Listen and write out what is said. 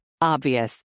Obvious